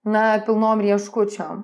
na pilnom rieškučiom